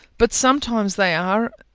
but sometimes they are.